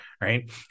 right